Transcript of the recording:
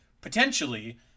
potentially